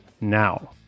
now